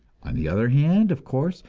on the other hand, of course,